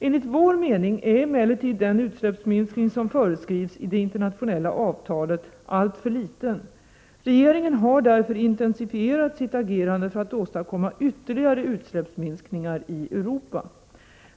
Enligt vår mening är emellertid den utsläppsminskning som föreskrivs i det internationella avtalet alltför liten. Regeringen har därför intensifierat sitt agerande för att åstadkomma ytterligare utsläppsminskningar i Europa.